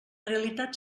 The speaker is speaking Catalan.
realitat